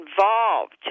involved